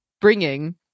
bringing